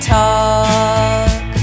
talk